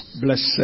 Blessed